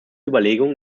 überlegung